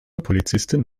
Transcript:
polizistin